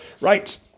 right